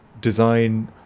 design